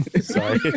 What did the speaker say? sorry